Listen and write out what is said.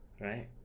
right